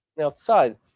outside